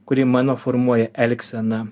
kuri mano formuoja elgseną